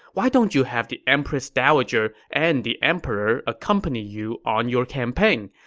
why don't you have the empress dowager and the emperor accompany you on your campaign.